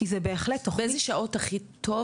כי זה בהחלט תוכנית -- באיזה שעות הכי טוב